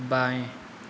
बाएं